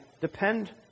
Depend